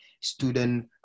student